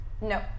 No